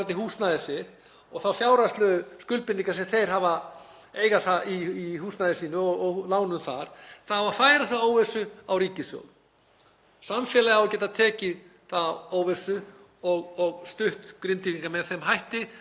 Samfélagið á að geta tekið þá óvissu og stutt Grindvíkinga með þeim hætti á meðan þeir geta ekki búið í bænum sínum. Svo einfalt er það. En það er spurning hvernig það er fjármagnað, eins og hér hefur komið fram,